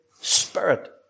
spirit